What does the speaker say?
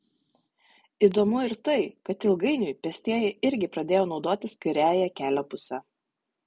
įdomu ir tai kad ilgainiui pėstieji irgi pradėjo naudotis kairiąja kelio puse